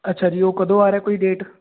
ਅੱਛਾ ਜੀ ਉਹ ਕਦੋਂ ਆ ਰਿਹਾ ਕੋਈ ਡੇਟ